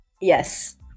Yes